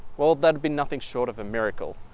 well that would be nothing short of a miracle.